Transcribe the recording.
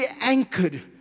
anchored